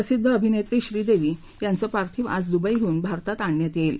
प्रसिद्ध अभिनेत्री श्रीदेवी यांचं पार्थिव आज दुबईहून भारतात आणण्यात येईल